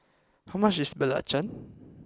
how much is Belacan